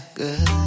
good